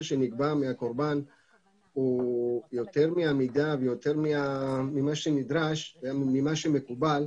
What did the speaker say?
שנגבה מהקורבן הוא יותר מהמידה ויותר ממה שנדרש וממה שמקובל,